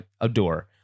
adore